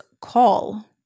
call